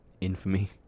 Infamy